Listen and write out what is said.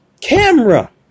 camera